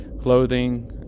Clothing